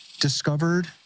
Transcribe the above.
discovered